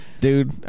Dude